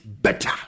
Better